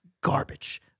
garbage